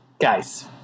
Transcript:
guys